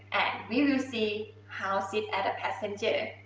and we will see how sit as a passenger.